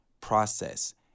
process